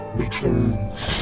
returns